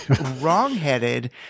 wrongheaded